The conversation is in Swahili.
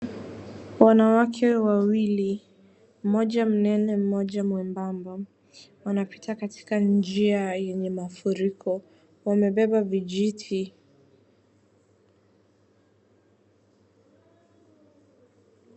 Wanawake wawili, mmoja mnene mmoja mwembamba, wanapita katika njia yenye mafuriko; wamebeba vijiti.